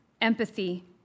empathy